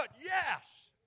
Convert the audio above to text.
Yes